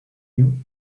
you